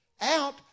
out